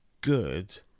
good